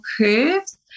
curves